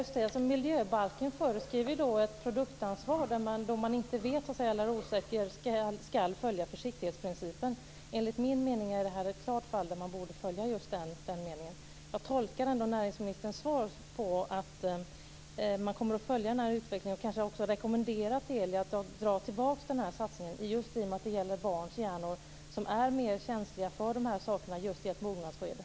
Herr talman! Miljöbalken föreskriver ett produktansvar. Det innebär att om man är osäker ska man följa försiktighetsprincipen. Enligt min mening är detta ett klart fall där man borde följa just den meningen. Jag tolkar ändå näringsministerns svar så, att han kommer att följa utvecklingen och att han kanske också rekommenderar Telia att dra tillbaka den här satsningen, just därför att det gäller barns hjärnor som i ett mognadsskede är mer känsliga för de här sakerna.